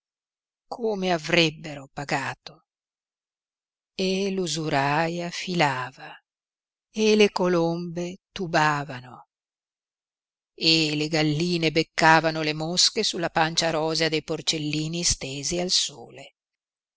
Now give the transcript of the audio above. come avrebbero pagato e l'usuraia filava e le colombe tubavano e le galline beccavano le mosche sulla pancia rosea dei porcellini stesi al sole